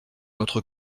notre